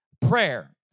prayer